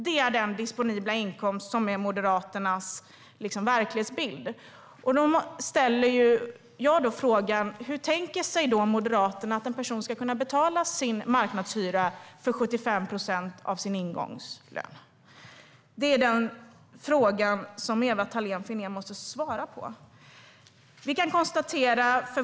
Det är den disponibla inkomst som blir verklighet med Moderaterna. Hur tänker Moderaterna att människor ska kunna betala marknadshyra om de får 75 procent av ingångslönen? Den frågan måste Ewa Thalén Finné svara på.